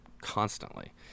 constantly